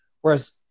Whereas